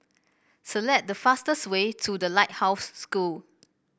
select the fastest way to The Lighthouse School